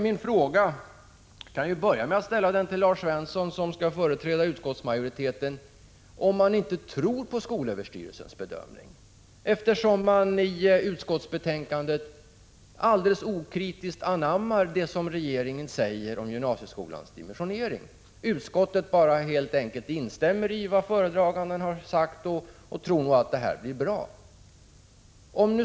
Jag kan börja med att ställa en fråga till Lars Svensson, som skall företräda utskottsmajoriteten. Tror man inte på skolöverstyrelsens bedömning, eftersom man i utskottsbetänkandet alldeles okritiskt anammar det regeringen säger om gymnasieskolans dimensionering? Utskottet helt enkelt instämmer i vad föredraganden sagt och tror att det blir bra.